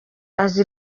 aza